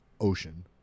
ocean